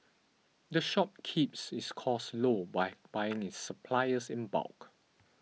the shop keeps its costs low by buying its suppliers in bulk